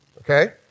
okay